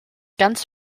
ganz